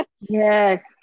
Yes